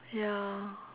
ya